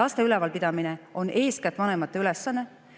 laste ülalpidamine on eeskätt vanemate ülesanne;